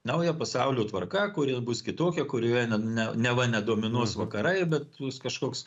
nauja pasaulio tvarka kuri bus kitokia kurioje ne neva nedominuos vakarai bet kažkoks